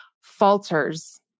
falters